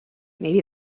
maybe